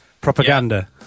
Propaganda